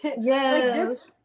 Yes